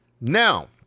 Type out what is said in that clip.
now